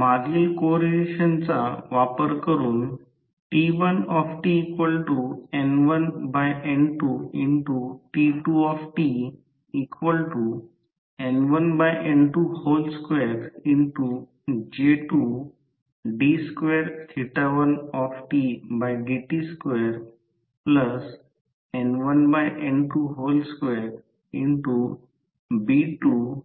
मागील को रिलेशन्सचा वापर करून T1tN1N2T2tN1N22J2d21dt2N1N22B2d1dtN1N2Fc222